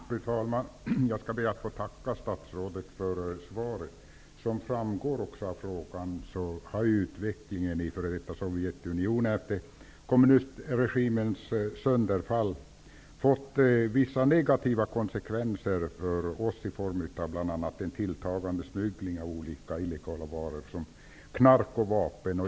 Fru talman! Jag ber att få tacka statsrådet för svaret. Som framgår av min fråga har utvecklingen i det f.d. Sovjetunionen efter kommunistregimens sönderfall fått vissa negativa konsekvenser för oss i form av bl.a. en tilltagande smuggling av olika illegala varor såsom knark och vapen.